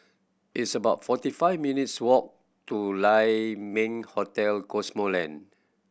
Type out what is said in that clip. it's about forty five minutes' walk to Lai Ming Hotel Cosmoland